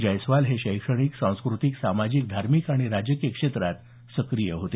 जयस्वाल हे शैक्षणिक सांस्कृतिक सामाजिक धार्मिक आणि राजकीय क्षेत्रात सक्रिय होते